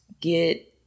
get –